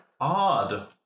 Odd